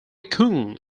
kung